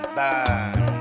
burn